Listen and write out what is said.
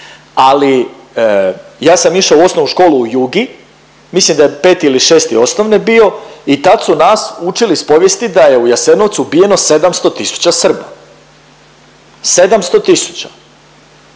ali ja sam išao u osnovnu školu u Jugi, mislim da je peti ili šesti osnovne bio i tad su nas učili iz povijesti da je u Jasenovcu ubijeno 700 tisuća Srba, 700